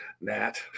Nat